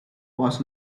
was